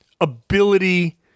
ability